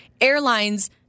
airlines